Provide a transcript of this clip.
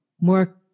more